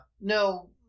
no